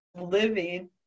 living